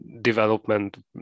development